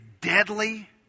deadly